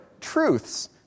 truths